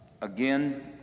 again